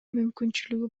мүмкүнчүлүгү